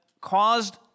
caused